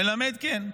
מלמד, כן.